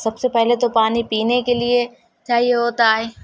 سب سے پہلے تو پانی پینے کے لیے چاہیے ہوتا ہے